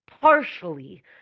partially